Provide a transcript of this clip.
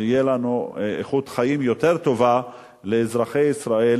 ושתהיה לנו איכות חיים יותר טובה לאזרחי ישראל.